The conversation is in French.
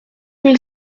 mille